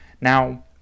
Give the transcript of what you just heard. Now